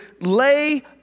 lay